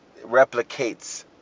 replicates